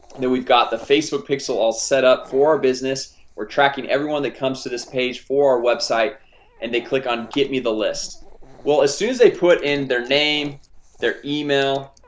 and then we've got the facebook pixel all set up for our business we're tracking every one that comes to this page for our website and they click on get me the list well as soon as they put in their name their email